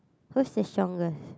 who's the strongest